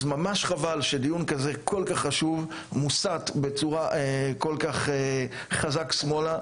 ממש חבל שדיון כל כך חשוב מוסת בצורה כל כך חזקה שמאלה.